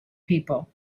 people